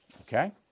Okay